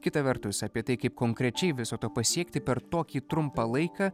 kita vertus apie tai kaip konkrečiai viso to pasiekti per tokį trumpą laiką